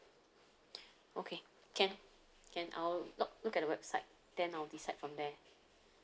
okay can can I'll log look at the website then I'll decide from there